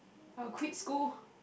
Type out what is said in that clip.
I'll quit school